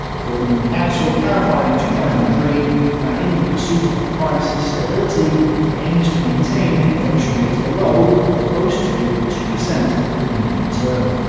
governing council clarified in two thousand and three that in the pursuit of price stability it aims to maintain inflation rates below, but close to, two percent over the medium term.